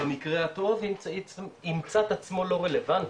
במקרה הטוב ימצא את עצמו לא רלבנטי,